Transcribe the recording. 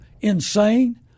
insane